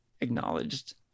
acknowledged